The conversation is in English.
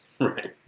Right